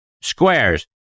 Squares